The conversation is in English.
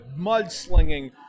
mudslinging